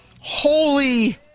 Holy